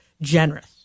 generous